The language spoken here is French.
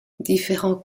différents